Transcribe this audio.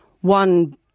one